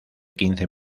quince